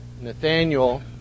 Nathaniel